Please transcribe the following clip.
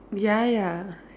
ya ya